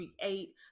create